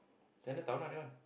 Chinatown ah that one